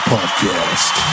Podcast